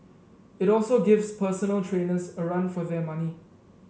it also gives personal trainers a run for their money